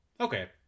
okay